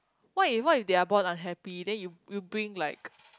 what if what if they are born unhappy then you you bring like